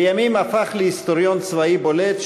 לימים הפך להיסטוריון צבאי בולט,